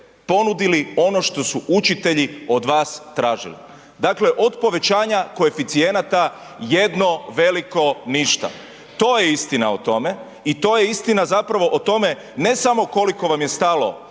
ponudili ono što su učitelji od vas tražili. Dakle od povećanja koeficijenata jedno veliko ništa. To je istina o tome i to je istina zapravo o tome ne samo koliko vam je stalo